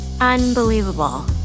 Unbelievable